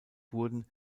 wurden